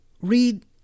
read